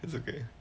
it's okay